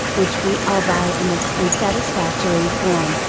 which we all buy in its unsatisfactory form,